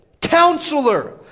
Counselor